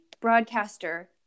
broadcaster